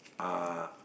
uh